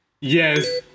Yes